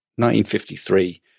1953